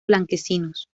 blanquecinos